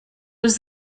was